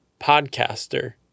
podcaster